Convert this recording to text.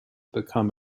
become